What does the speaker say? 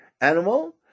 animal